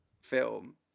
film